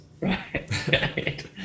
Right